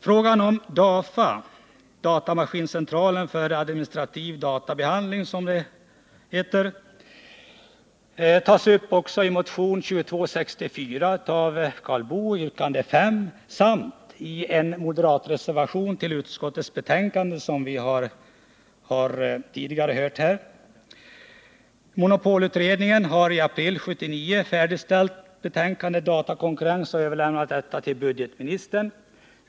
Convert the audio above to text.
Frågan om DAFA — datamaskincentralen för administrativ databehandling, som det heter — tas upp också i motionen 2264, yrkande 5, samt i en moderatreservation till utskottets betänkande, som vi tidigare har hört. Monopolutredningen har i april 1979 färdigställt betänkandet Datakonkurrens och överlämnat detta till budgetministern.